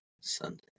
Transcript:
Sunday